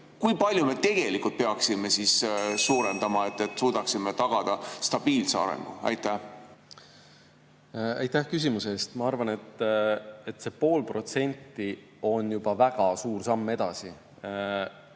kui palju me tegelikult peaksime [rahastamist] suurendama, et suudaksime tagada stabiilse arengu? Aitäh küsimuse eest! Ma arvan, et see pool protsenti on juba väga suur samm edasi.